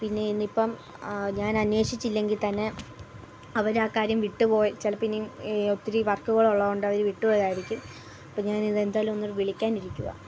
പിന്നെ ഇനി ഇപ്പം ഞാൻ അന്വേഷിച്ചില്ലെങ്കിൽ തന്നെ അവർ ആ കാര്യം വിട്ടു പോയി ചിലപ്പം ഇനി ഒത്തിരി വർക്കുകൾ ഉള്ളതു കൊണ്ട് അവർ വിട്ടുപോയതായിരിക്കും അപ്പം ഞാൻ ഇത് എന്തായാലും ഒന്ന് വിളിക്കാൻ ഇരിക്കുവാണ്